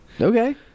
okay